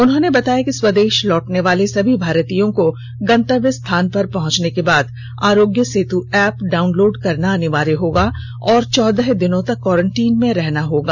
उन्होंने बताया कि स्वदेष लौटनेवाले सभी भारतीयों को गंतव्य स्थान पर पहुंचने के बाद आरोग्य सेतु ऐप डाउनलोड करना अनिवार्य होगा और चौदह दिनों तक कोरेंटीन में रहना होगा